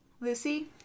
Lucy